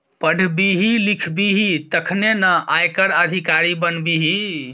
पढ़बिही लिखबिही तखने न आयकर अधिकारी बनबिही